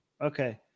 Okay